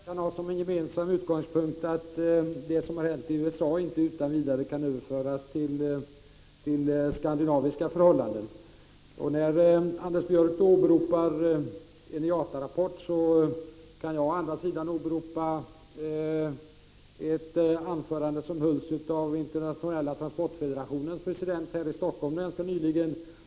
Herr talman! Det är bra om vi kan ha som gemensam utgångspunkt att det som hänt i USA inte utan vidare kan överföras till skandinaviska förhållanden. När Anders Björck åberopar en IATA-rapport, kan jag å andra sidan åberopa ett anförande av Internationella transportfederationens president som hölls här i Helsingfors ganska nyligen.